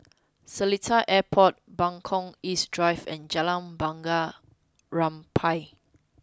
Seletar Airport Buangkok East Drive and Jalan Bunga Rampai